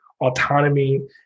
autonomy